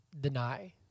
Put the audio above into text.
deny